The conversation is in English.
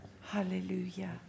Hallelujah